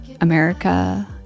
America